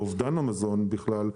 או אובדן המזון בכלל,